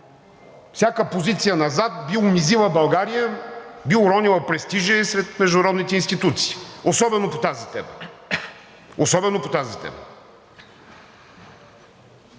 Всяка позиция назад би унизила България, би уронила престижа ѝ сред международните институции, особено по тази тема! Особено по тази тема!